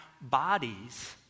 bodies